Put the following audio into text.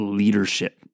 leadership